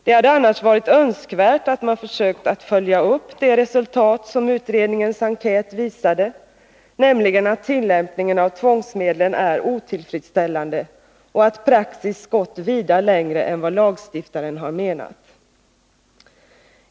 Det hade annars varit önskvärt att man hade försökt följa upp det resultat som utredningens enkät visade, nämligen att tillämpningen av tvångsmedlen är otillfredsställande och att praxis gått vida längre än vad lagstiftaren har menat.